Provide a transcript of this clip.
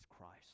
Christ